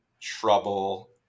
trouble